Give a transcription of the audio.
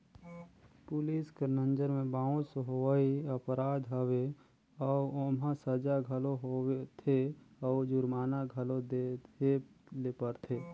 police कर नंजर में बाउंस होवई अपराध हवे अउ ओम्हां सजा घलो होथे अउ जुरमाना घलो देहे ले परथे